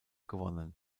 gewonnen